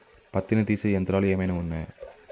పత్తిని తీసే యంత్రాలు ఏమైనా ఉన్నయా?